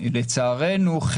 לצערנו,